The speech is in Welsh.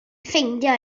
ffeindio